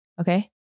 Okay